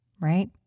Right